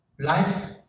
Life